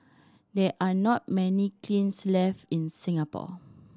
there are not many kilns left in Singapore